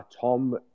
Tom